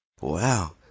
Wow